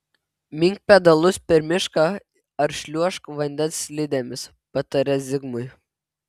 mink pedalus per mišką ar šliuožk vandens slidėmis patarė zigmui